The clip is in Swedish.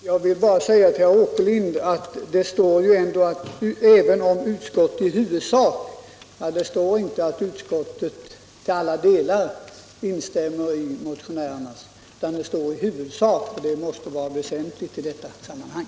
Herr talman! Jag vill bara säga till herr Åkerlind att det står i betänkandet att utskottet i huvudsak instämmer i vad som framförts i motionerna. Det står inte att utskottet till alla delar instämmer i motionärernas uppfattning, och det måste vara väsentligt i detta sammanhang.